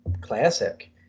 classic